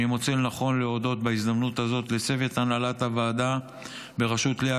אני מוצא לנכון להודות בהזדמנות הזאת לצוות הנהלת הוועדה בראשות לאה